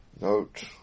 Note